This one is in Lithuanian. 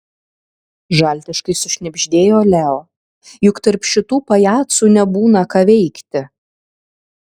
žaltiškai sušnibždėjo leo juk tarp šitų pajacų nebūna ką veikti